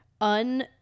un